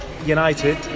United